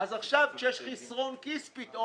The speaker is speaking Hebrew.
אז עכשיו כשיש חסרון כיס פתאום,